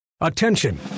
Attention